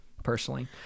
personally